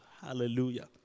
Hallelujah